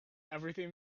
everything